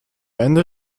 ende